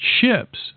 ships